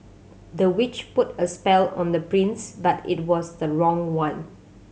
the witch put a spell on the prince but it was the wrong one